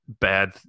bad